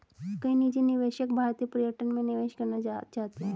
कई निजी निवेशक भारतीय पर्यटन में निवेश करना चाहते हैं